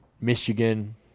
Michigan